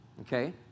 Okay